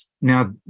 Now